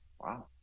Wow